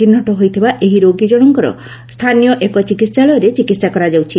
ଚିହ୍ନଟ ହୋଇଥିବା ଏହି ରୋଗୀ ଜଣକର ସ୍ଥାନୀୟ ଏକ ଚିକିତ୍ସାଳୟରେ ଚିକିତ୍ସା କରାଯାଉଛି